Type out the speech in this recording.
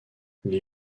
les